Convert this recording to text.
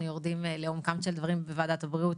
יורדים לעומקם של דברים בוועדת הבריאות.